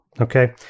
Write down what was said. Okay